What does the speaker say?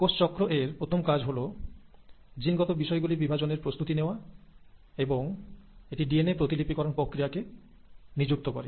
কোষ চক্র এর প্রথম কাজ হলো জিন গত বিষয়গুলি বিভাজনের প্রস্তুতি নেওয়া এবং এটি ডিএনএ প্রতিলিপি করণ প্রক্রিয়াকে নিযুক্ত করে